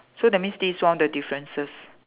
so that means this is one the differences